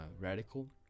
radical